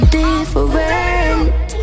different